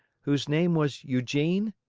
whose name was eugene?